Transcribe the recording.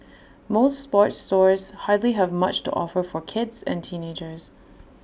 most sports stores hardly have much to offer for kids and teenagers